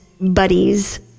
buddies